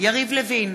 יריב לוין,